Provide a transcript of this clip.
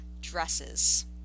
dresses